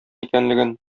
икәнлеген